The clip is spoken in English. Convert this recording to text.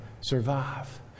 survive